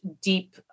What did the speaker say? deep